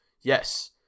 yes